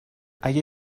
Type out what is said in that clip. اگه